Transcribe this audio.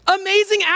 amazing